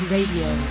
Radio